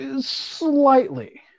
Slightly